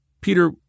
Peter